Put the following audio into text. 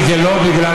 זנות היא לא בחירה,